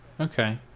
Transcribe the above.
Okay